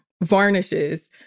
varnishes